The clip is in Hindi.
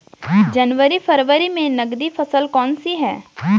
जनवरी फरवरी में नकदी फसल कौनसी है?